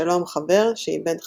ו"שלום חבר", שעיבד חנוך.